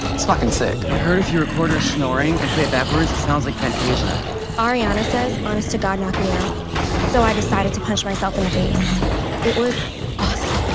it's fucking sick i heard that if you record her snoring and play it backwards it sounds like fantasia ariana says honest to god knock me out so i decided to punch myself in the face it was awesome